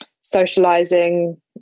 socializing